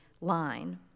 line